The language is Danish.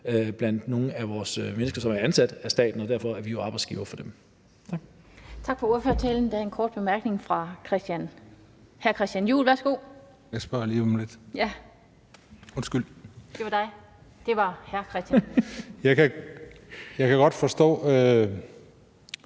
blandt nogle af vores medborgere, som er ansat af staten, hvorfor vi er arbejdsgivere for dem.